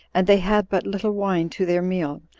and they had but little wine to their meal,